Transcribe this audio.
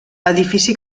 edifici